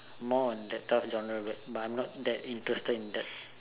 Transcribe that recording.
more of that type of jungle but I not that interested in that